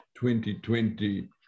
2020